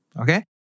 okay